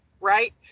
right